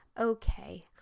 okay